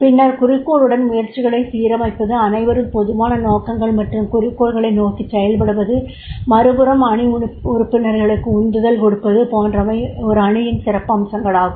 பின்னர் குறிக்கோளுடன் முயற்சிகளைச் சீரமைப்பது அனைவரும் பொதுவான நோக்கங்கள் மற்றும் குறிக்கோள்களை நோக்கி செயல்படுவது மறுபுறம் அணி உறுப்பினர்களுக்கு உந்துதல் கொடுப்பது போன்றவை ஒரு அணியின் சிறப்பம்சங்களாகும்